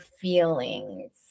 feelings